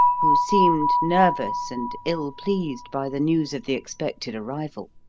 who seemed nervous and ill-pleased by the news of the expected arrival.